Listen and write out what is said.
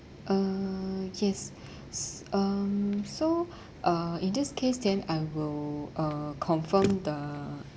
uh yes um so uh in this case then I will uh confirm the